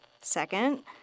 Second